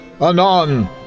Anon